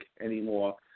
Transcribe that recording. anymore